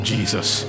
Jesus